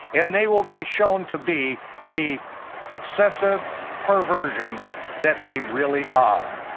and they will be shown to be the excessive perversions that they really are.